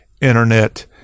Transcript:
internet